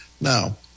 Now